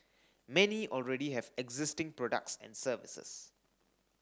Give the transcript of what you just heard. many already have existing products and services